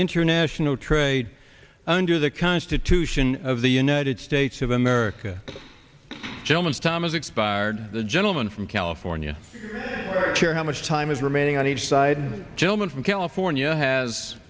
international trade under the constitution of the united states of america gentleman's time has expired the gentleman from california care how much time is remaining on each side gentleman from california has